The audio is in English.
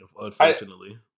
unfortunately